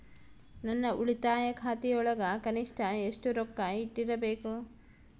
ನನ್ನ ಉಳಿತಾಯ ಖಾತೆಯೊಳಗ ಕನಿಷ್ಟ ಎಷ್ಟು ರೊಕ್ಕ ಇಟ್ಟಿರಬೇಕು?